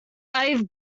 i’ve